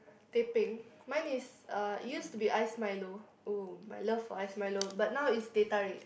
teh peng mine is uh it used to be ice milo oh my love for ice milo but now is teh tarik